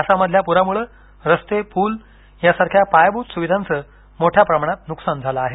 आसाममधल्या पूरामुळ रस्ते पूल यासारख्या पायाभूत सुविधांच मोठ्या प्रमाणात नुकसान झालं आहे